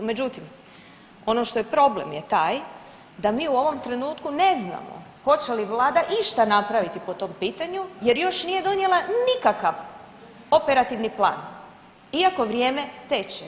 Međutim, ono što je problem je taj da mi u ovom trenutku ne znamo hoće li vlada išta napraviti po tom pitanju jer još nije donijela nikakav operativni plan iako vrijeme teče.